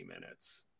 minutes